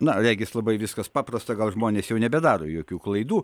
na regis labai viskas paprasta gal žmonės jau nebedaro jokių klaidų